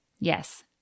Yes